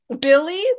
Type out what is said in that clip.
Billy